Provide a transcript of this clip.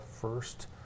first